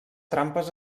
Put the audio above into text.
trampes